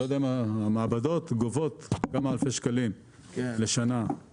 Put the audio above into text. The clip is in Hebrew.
המעבדות גובות כמה אלפי שקלים לשנה.